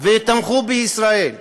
ותמכו בישראל.